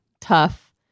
Tough